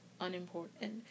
unimportant